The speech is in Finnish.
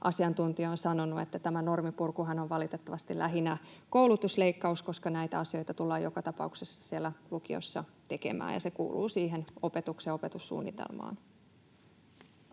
asiantuntija on sanonut, että tämä normipurkuhan on valitettavasti lähinnä koulutusleikkaus, koska näitä asioita tullaan joka tapauksessa siellä lukiossa tekemään ja se kuuluu siihen opetuksen opetussuunnitelmaan.